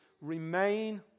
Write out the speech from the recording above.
remain